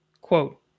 Quote